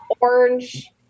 orange